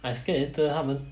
I scared later 他们